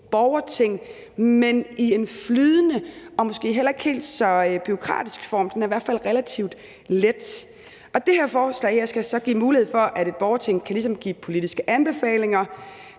borgerting, men i en flydende og måske heller ikke helt så bureaukratisk form. Den er i hvert fald relativt let. Det her forslag skal så give mulighed for, at et borgerting ligesom kan give politiske anbefalinger.